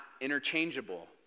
interchangeable